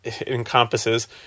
encompasses